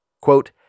Quote